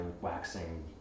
waxing